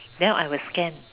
then I will scan